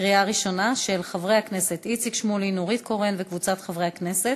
של חברי הכנסת איציק שמולי ונורית קורן וקבוצת חברי הכנסת,